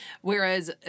Whereas